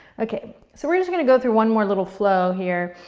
okay, so we're just going to go through one more little flow here,